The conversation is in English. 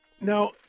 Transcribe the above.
Now